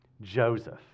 Joseph